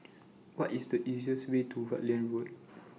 What IS The easiest Way to Rutland Road